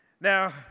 Now